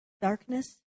darkness